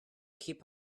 keep